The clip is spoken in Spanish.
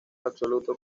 absoluto